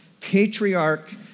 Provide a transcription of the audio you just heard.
patriarch